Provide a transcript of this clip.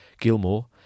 Gilmore